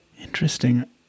Interesting